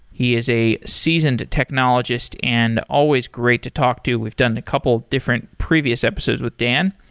he is a seasoned technologist and always great to talk to. we've done a couple of different previous episodes with dan.